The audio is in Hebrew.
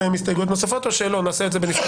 הסתייגויות נוספות או שנעשה את זה בנפרד?